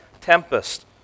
tempest